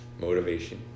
motivation